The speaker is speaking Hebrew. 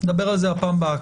נדבר על זה בפעם הבאה.